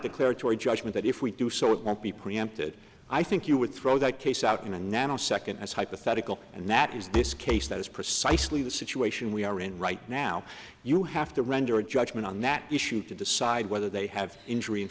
clear to a judgment that if we do so it won't be preempted i think you would so that case out in a nanosecond as hypothetical and that is this case that is precisely the situation we are in right now you have to render a judgment on that issue to decide whether they have injury in